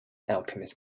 alchemist